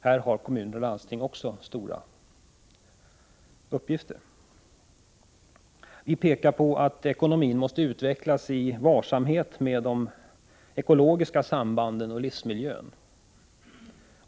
Här har kommuner och landsting också stora uppgifter. Vi pekar i den femte punkten på att ekonomin måste utvecklas i varsamhet med de ekologiska sambanden och livsmiljön.